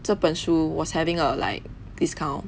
这本书 was having a like discount